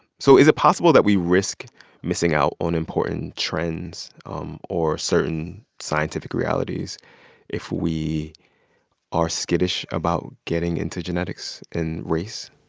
so is it possible that we risk missing out on important trends um or certain scientific realities if we are skittish about getting into genetics and race?